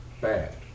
bad